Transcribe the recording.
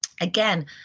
again